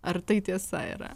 ar tai tiesa yra